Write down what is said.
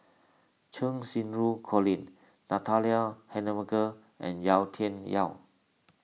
Cheng Xinru Colin Natalie Hennedige and Yau Tian Yau